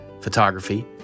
photography